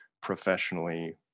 professionally